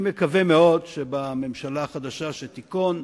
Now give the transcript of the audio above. אני מקווה מאוד שבממשלה החדשה שתיכון,